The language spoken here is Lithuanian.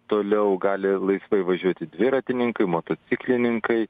toliau gali laisvai važiuoti dviratininkai motociklininkai